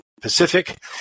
Pacific